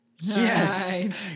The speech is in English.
Yes